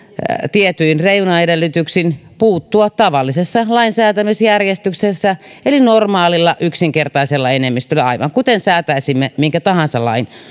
tietyin reunaedellytyksin puuttua tavallisessa lainsäätämisjärjestyksessä eli normaalilla yksinkertaisella enemmistöllä aivan kuten säätäisimme minkä tahansa lain